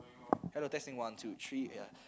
hello testing one two three yeah